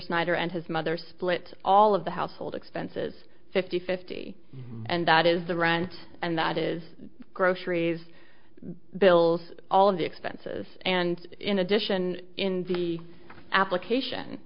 snyder and his mother split all of the household expenses fifty fifty and that is the rent and that is groceries bills all of the expenses and in addition in the application